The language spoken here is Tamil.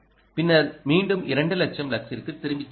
பின்னர் மீண்டும் 2 லட்சம் லக்ஸிற்குத் திரும்பிச் செல்லும்